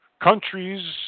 countries